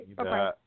okay